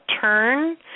turn